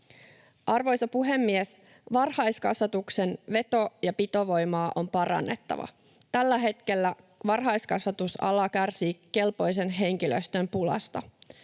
Arvoisa puhemies! Varhaiskasvatuksen veto- ja pitovoimaa on parannettava. Tällä hetkellä varhaiskasvatusala kärsii kelpoisen henkilöstön pulasta.